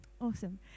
Awesome